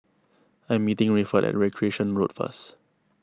I am meeting Rayford at Recreation Road first